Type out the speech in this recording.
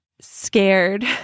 scared